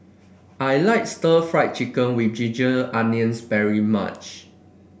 I like Stir Fried Chicken with Ginger Onions very much